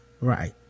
Right